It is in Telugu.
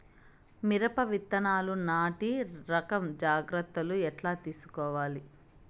మిరప విత్తనాలు నాటి రకం జాగ్రత్తలు ఎట్లా తీసుకోవాలి?